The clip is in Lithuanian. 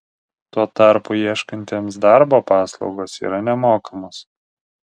tuo tarpu ieškantiems darbo paslaugos yra nemokamos